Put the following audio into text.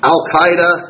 Al-Qaeda